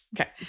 Okay